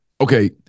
okay